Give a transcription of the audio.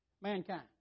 Mankind